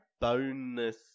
bonus